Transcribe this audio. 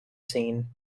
seen